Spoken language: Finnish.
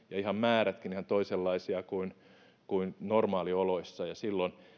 ja ihan määrätkin ihan toisenlaisia nyt kuin normaalioloissa ja silloin